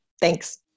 Thanks